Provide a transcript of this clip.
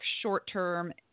short-term